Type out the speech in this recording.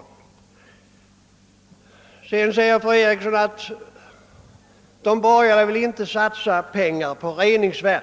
Fru Eriksson sade vidare att de borgerliga inte ville satsa pengar på reningsverk